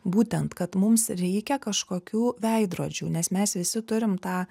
būtent kad mums reikia kažkokių veidrodžių nes mes visi turim tą